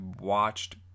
watched